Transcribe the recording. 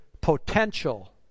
potential